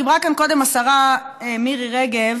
דיברה כאן קודם השרה מירי רגב